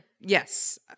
Yes